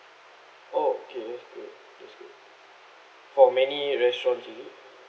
oh okay that's good that's good for many restaurants is it